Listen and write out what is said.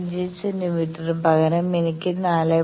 5 സെന്റീമീറ്ററിനു പകരം എനിക്ക് 4